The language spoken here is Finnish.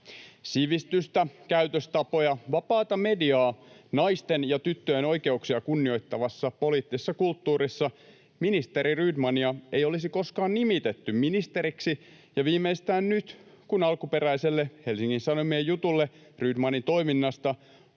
Sivistystä, käytöstapoja, vapaata mediaa, naisten ja tyttöjen oikeuksia kunnioittavassa poliittisessa kulttuurissa ministeri Rydmania ei olisi koskaan nimitetty ministeriksi, ja viimeistään nyt, kun alkuperäiselle Helsingin Sanomien jutulle Rydmanin toiminnasta on